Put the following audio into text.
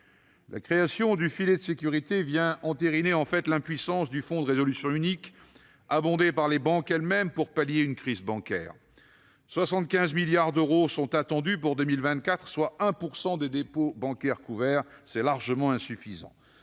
La création du filet de sécurité vient entériner l'impuissance du Fonds de résolution unique, abondé par les banques elles-mêmes pour pallier une crise bancaire. Ainsi, 75 milliards d'euros sont attendus pour 2024, soit 1 % des dépôts bancaires couverts- c'est largement insuffisant.